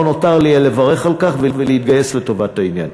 לא נותר לי אלא לברך על כך ולהתגייס לטובת העניין.